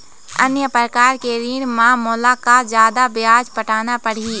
अन्य प्रकार के ऋण म मोला का जादा ब्याज पटाना पड़ही?